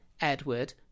Edward